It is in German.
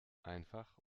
einfach